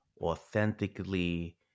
authentically